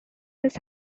this